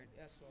Yes